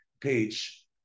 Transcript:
page